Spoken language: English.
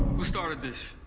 who started this?